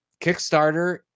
Kickstarter